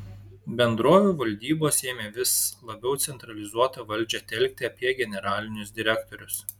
bendrovių valdybos ėmė vis labiau centralizuotą valdžią telkti apie generalinius direktorius